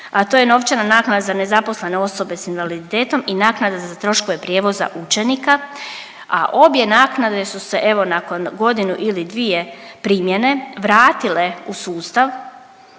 a to je novčana naknada za nezaposlene osobe s invaliditetom i naknada za troškove prijevoza učenika, a obje naknade su se evo nakon godinu ili dvije primjene vratile u sustav,